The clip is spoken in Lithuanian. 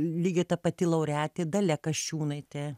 lygiai ta pati laureatė dalia kasčiūnaitė